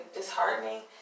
disheartening